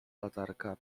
latarka